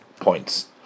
points